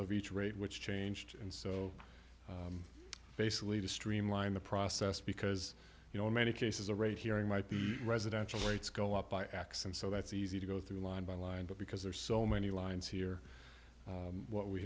of each rate which changed and so basically to streamline the process because you know in many cases a rate hearing might be residential rates go up by x and so that's easy to go through line by line but because there are so many lines here what we